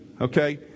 okay